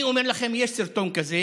אני אומר לכם: יש סרטון כזה,